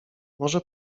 może